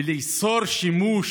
לאסור שימוש